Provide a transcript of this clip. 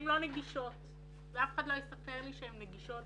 לא נגישות ואף אחד לא יספר לי שהן נגישות